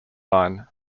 line